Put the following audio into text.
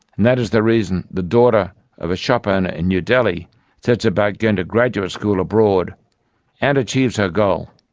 and that is the reason the daughter of a shop owner in new delhi sets about going to graduate school abroad and achieves her goal.